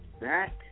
back